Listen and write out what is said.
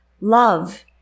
love